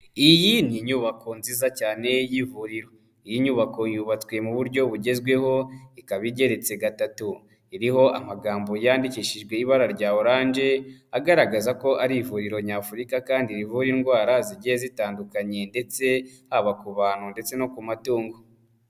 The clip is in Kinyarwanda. Iyi ni inyubako nziza cyane y'ivuriro, iyi nyubako yubatswe mu buryo bugezweho ikaba igeretse gatatu, iriho amagambo yandikishijwe ibara rya oranje agaragaza ko ari ivuriro nyafurika kandi rivura indwara zigiye zitandukanye ndetse haba ku bantu ndetse no ku matungo.